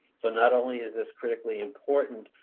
so not only is this critically important,